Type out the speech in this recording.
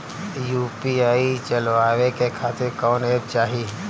UPI चलवाए के खातिर कौन एप चाहीं?